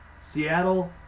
Seattle